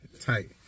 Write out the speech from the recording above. tight